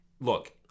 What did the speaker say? Look